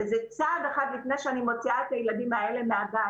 בעצם צעד אחד לפני שאני מוציאה את הילדים האלה מהבית.